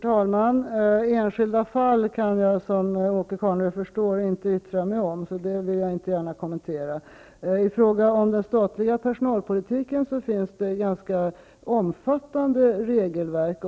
Herr talman! Som Åke Carnerö förstår kan jag inte yttra mig om enskilda fall. Jag vill därför inte ge någon kommentar. I fråga om den statliga personalpolitiken finns det ett ganska omfattande regelverk.